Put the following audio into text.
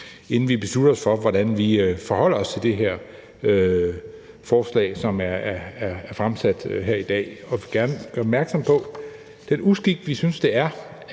inden vi beslutter os for, hvordan vi forholder os til det forslag, som her er fremsat, og vi vil gerne gøre opmærksom på den uskik, vi synes det er,